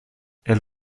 elle